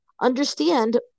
understand